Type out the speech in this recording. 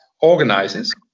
organizes